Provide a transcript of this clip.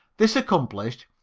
this accomplished,